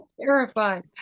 terrified